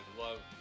love